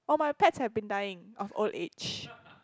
all my pets have been dying of old age